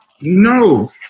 No